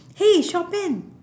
!hey! shopping